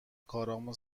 کارامون